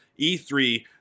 E3